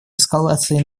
эскалации